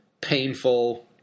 painful